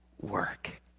work